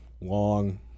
long